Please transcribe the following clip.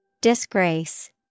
Disgrace